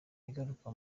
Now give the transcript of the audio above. igaruka